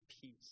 peace